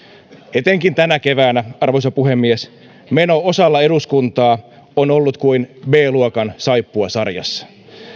etenkin tänä keväänä arvoisa puhemies meno osalla eduskuntaa on ollut kuin b luokan saippuasarjassa